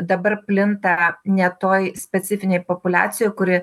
dabar plinta ne toj specifinėj populiacijoj kuri